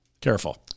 Careful